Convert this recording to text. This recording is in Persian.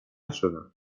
شدن